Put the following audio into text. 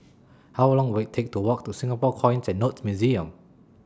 How Long Will IT Take to Walk to Singapore Coins and Notes Museum